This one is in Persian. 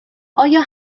آیا